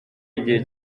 igihe